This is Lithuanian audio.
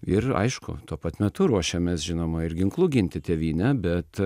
ir aišku tuo pat metu ruošiamės žinoma ir ginklu ginti tėvynę bet